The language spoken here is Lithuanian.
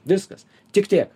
viskas tik tiek